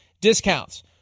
discounts